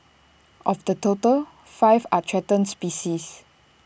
of the total five are threatened species